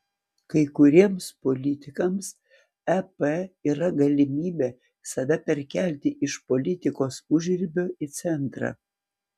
kai kuriems politikams ep yra galimybė save perkelti iš politikos užribio į centrą